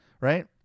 Right